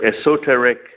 esoteric